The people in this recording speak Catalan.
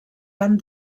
van